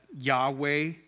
Yahweh